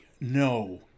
no